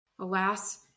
Alas